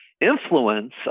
influence